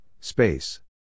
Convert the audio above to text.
space